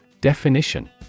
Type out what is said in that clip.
Definition